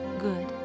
good